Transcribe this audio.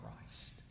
Christ